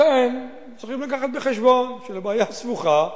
לכן צריכים לקחת בחשבון שלבעיה סבוכה,